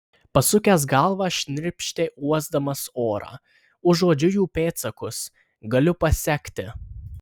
pasukęs galvą šnirpštė uosdamas orą užuodžiu jų pėdsakus galiu pasekti